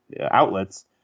outlets